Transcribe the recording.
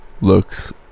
looks